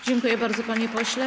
Dziękuję bardzo, panie pośle.